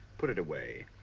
put it away.